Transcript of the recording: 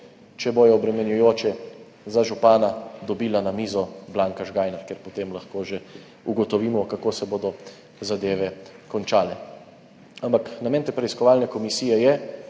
če bodo obremenjujoče za župana, dobila na mizo Blanka Žgajnar, ker potem lahko že ugotovimo, kako se bodo zadeve končale. Ampak namen te preiskovalne komisije je,